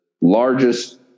largest